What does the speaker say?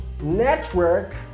network